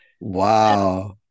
Wow